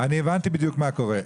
אני הבנתי בדיוק מה קורה.